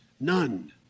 None